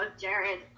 Jared